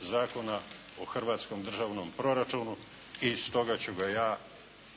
Zakona o hrvatskom državnom proračunu i stoga ću ga ja,